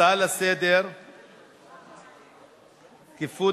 נעבור להצעה לסדר-היום מס' 7229: תקיפות